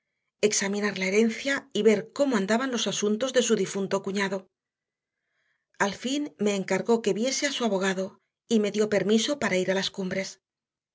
examinar la herencia y ver cómo andaban los asuntos de su difunto cuñado al fin me encargó que viese a su abogado y me dio permiso para ir a las cumbres